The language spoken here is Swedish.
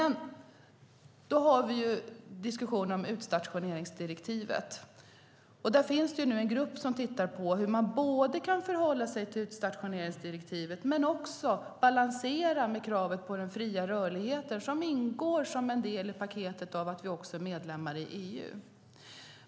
När det gäller utstationeringsdirektivet finns en grupp som tittar på hur man både kan förhålla sig till direktivet och balansera kravet på fri rörlighet, som ingår i paketet att vara medlem i EU.